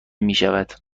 میشود